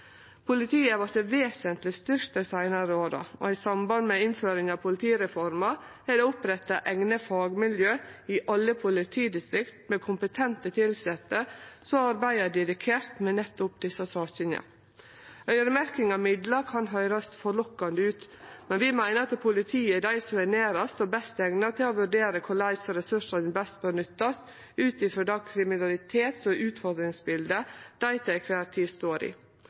Politiet har vorte vesentleg styrkt dei seinare åra, og i samband med innføringa av politireforma er det oppretta eigne fagmiljø i alle politidistrikt med kompetente tilsette som arbeider dedikert med nettopp desse sakene. Øyremerking av midlar kan høyrast forlokkande ut, men vi meiner at politiet er dei som er nærast og best eigna til å vurdere korleis ressursane best bør nyttast ut frå det kriminalitets- og utfordringsbiletet dei til kvar tid står i.